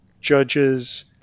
judges